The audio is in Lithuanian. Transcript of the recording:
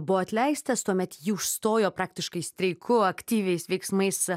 buvo atleistas tuomet jį užstojo praktiškai streiku aktyviais veiksmais